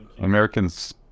Americans